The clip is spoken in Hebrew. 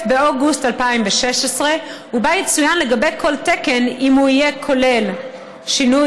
באוגוסט 2016 שבה יצוין לגבי כל תקן אם הוא יכלול שינוי